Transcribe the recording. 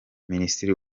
minisitiri